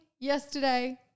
yesterday